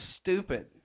stupid